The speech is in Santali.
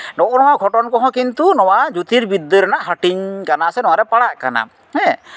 ᱱᱚᱜᱼᱚ ᱱᱚᱣᱟ ᱜᱷᱚᱴᱚᱱ ᱠᱚᱦᱚᱸ ᱠᱤᱱᱛᱩ ᱱᱚᱣᱟ ᱡᱳᱛᱤᱨᱵᱤᱫᱽᱫᱟᱹ ᱨᱮᱱᱟᱜ ᱦᱟᱹᱴᱤᱧ ᱠᱟᱱᱟ ᱥᱮ ᱱᱚᱣᱟ ᱨᱮ ᱯᱟᱲᱟᱜ ᱠᱟᱱᱟ ᱦᱮᱸ